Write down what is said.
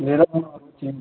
हेरौँ न अब के हुन्छ